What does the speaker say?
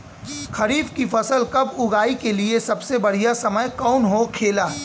खरीफ की फसल कब उगाई के लिए सबसे बढ़ियां समय कौन हो खेला?